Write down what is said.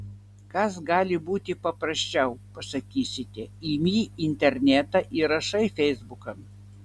kas gali būti paprasčiau pasakysite imi internetą ir rašai feisbukan